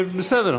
בסדר.